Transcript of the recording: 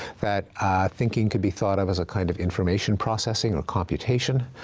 that thinking could be thought of as a kind of information processing or computation,